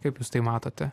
kaip jūs tai matote